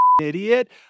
idiot